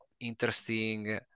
interesting